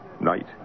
night